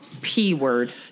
P-word